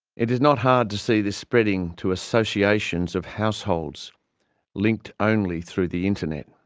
it is not hard to see this spreading to associations of households linked only through the internet.